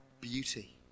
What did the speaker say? beauty